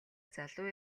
залуу